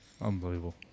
unbelievable